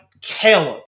Caleb